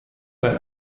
bei